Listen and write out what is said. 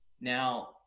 Now